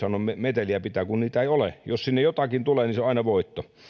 meteliä pitää kun sitä ei ole jos sinne jotakin tulee niin se on aina voitto